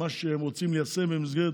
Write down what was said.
מה שהם רוצים ליישם במסגרת